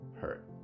hurt